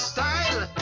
Style